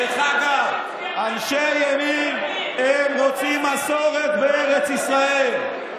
דרך אגב, אנשי ימין רוצים מסורת בארץ ישראל.